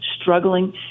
struggling